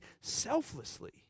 selflessly